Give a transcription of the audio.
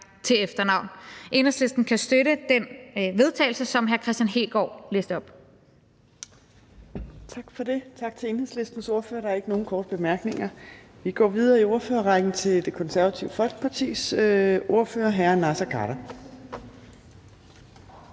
til efternavn. Enhedslisten kan støtte den vedtagelse, som hr. Kristian Hegaard læste op. Kl. 14:33 Fjerde næstformand (Trine Torp): Tak til Enhedslistens ordfører. Der er ikke nogen korte bemærkninger. Vi går videre i ordførerrækken til Det Konservative Folkepartis ordfører, hr. Naser Khader.